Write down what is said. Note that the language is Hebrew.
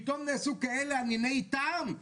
פתאום נעשו כאלה אניני טעם?